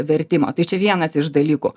vertimo tai čia vienas iš dalykų